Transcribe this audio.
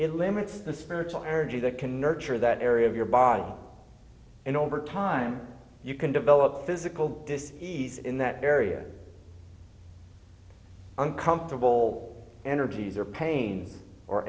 it limits the spiritual energy that can nurture that area of your body and over time you can develop physical disk in that area uncomfortable energies or pain or